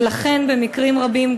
ובמקרים רבים,